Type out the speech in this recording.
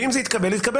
ואם זה יתקבל זה יתקבל.